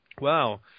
wow